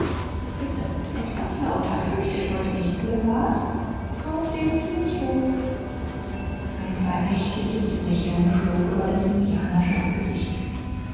bitte etwas lauter fürchtet euch nicht ihr wart auf dem kirchhof ein verächtliches lächeln flog über des indianer joe gesicht